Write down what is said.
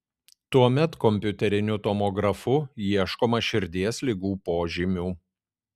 tuomet kompiuteriniu tomografu ieškoma širdies ligų požymių